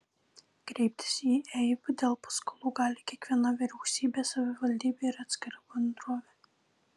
kreiptis į eib dėl paskolų gali kiekviena vyriausybė savivaldybė ar atskira bendrovė